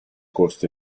costo